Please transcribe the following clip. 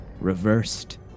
reversed